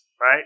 right